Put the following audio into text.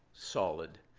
solid.